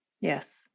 Yes